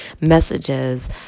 messages